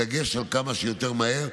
בדגש על כמה שיותר מהר,